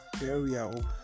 burial